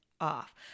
off